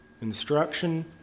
instruction